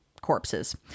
corpses